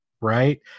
right